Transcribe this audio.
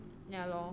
ya lor